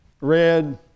red